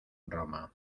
roma